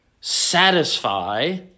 satisfy